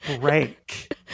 break